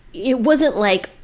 it wasn't like,